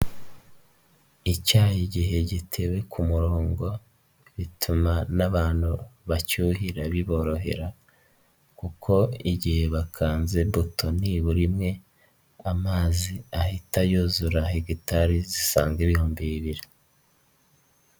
Icyayi igihe gitewe ku murongo bituma n'abantu bacyuhira biborohera, kuko igihe bakanze buto nibura imwe amazi ahita yuzura hegitari zisaga ibihumbi bibiri.